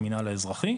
המנהל האזרחי,